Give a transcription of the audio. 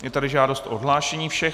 Je tady žádost o odhlášení všech.